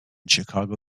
chicago